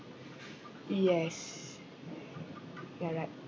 yes ya right